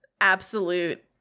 absolute